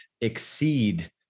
exceed